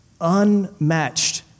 Unmatched